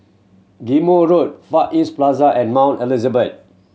Ghim Moh Road Far East Plaza and Mount Elizabeth